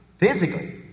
Physically